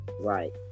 Right